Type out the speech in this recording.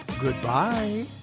Goodbye